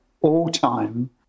all-time